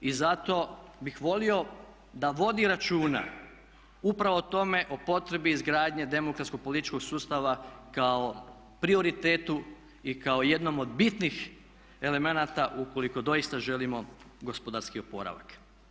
I zato bih volio da vodi računa upravo o tome o potrebi izgradnje demokratskog političkog sustava kao prioritetu i kao jednom od bitnih elemenata ukoliko doista želimo gospodarski oporavak.